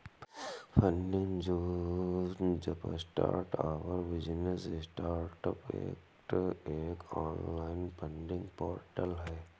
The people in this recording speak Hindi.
फंडिंग जो jumpstart our business startups act एक ऑनलाइन फंडिंग पोर्टल है